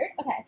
Okay